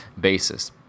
basis